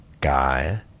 guy